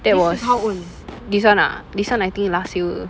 that was this [one] ah this [one] I think last year